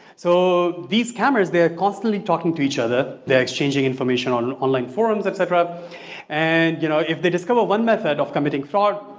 so these scammers they are constantly talking to each other. they are exchanging information on online forums, etcetera and you know if they discover one method of committing fraud,